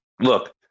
look